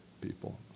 people